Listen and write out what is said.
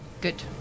Good